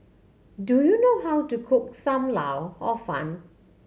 do you know how to cook Sam Lau Hor Fun